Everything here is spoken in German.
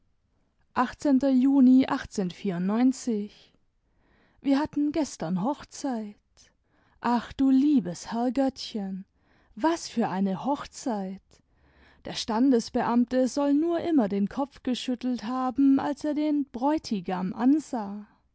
juni wir hatten gestern hochzeit ach du liebes herrgöttchen i was für eine hochzeit der standesbeamte soll nur immer den kopf geschüttelt haben als er den brutigam ansah